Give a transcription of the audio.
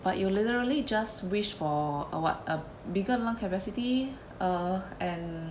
but you literally just wished for a what a bigger lung capacity err and